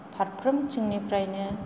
फारफ्रोमथिंनिफ्रायनो